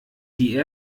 die